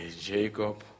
Jacob